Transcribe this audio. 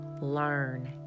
learn